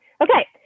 okay